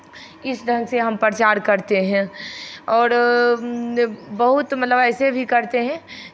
इस ढंग से हम प्रचार करते हैं और बहुत मतलब ऐसे भी करते हैं